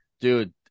Dude